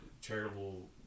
charitable